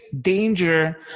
danger